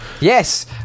Yes